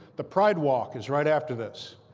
the pride walk is right after this.